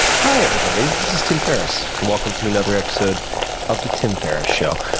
hi everybody! this is tim ferriss. and welcome to another episode of the tim ferriss show.